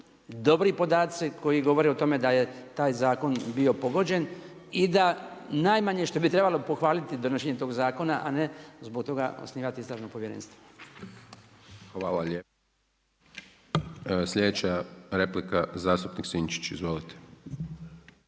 dobri podaci koji govore o tome da je taj zakon bio pogođen, i da najmanje što bi trebalo pohvaliti donošenjem tog zakona a ne zbog toga osnivati istražno povjerenstvo.